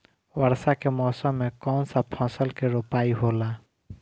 वर्षा के मौसम में कौन सा फसल के रोपाई होला?